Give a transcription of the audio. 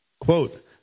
Quote